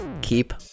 Keep